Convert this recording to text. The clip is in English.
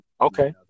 Okay